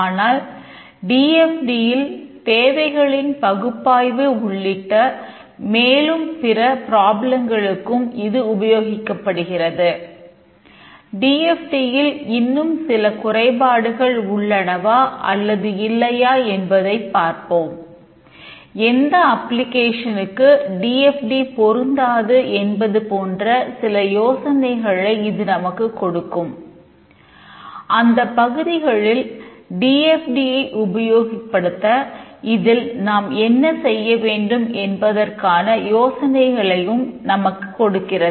ஆனால் D F T ஐ உபயோகப்படுத்த இதில் நாம் என்ன செய்ய வேண்டும் என்பதற்கான யோசனைகளையும் நமக்குக் கொடுக்கிறது